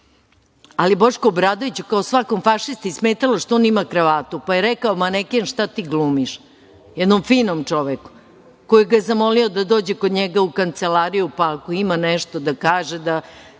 čovek. Bošku Obradoviću, kao svakom fašisti, smetalo je što on ima kravatu, pa je rekao – maneken, šta ti glumiš, jednom finom čoveku koji ga je zamolio da dođe kod njega u kancelariju, pa ako ima nešto da kaže, da